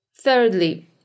Thirdly